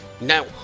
Now